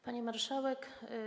Pani Marszałek!